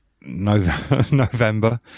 November